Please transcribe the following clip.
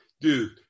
dude